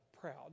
proud